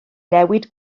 newid